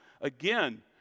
again